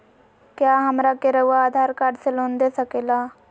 क्या हमरा के रहुआ आधार कार्ड से लोन दे सकेला?